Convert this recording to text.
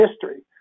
history